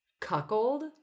Cuckold